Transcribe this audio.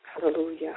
hallelujah